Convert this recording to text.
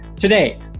Today